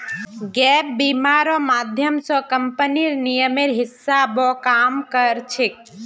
gap बीमा र माध्यम स कम्पनीर नियमेर हिसा ब काम कर छेक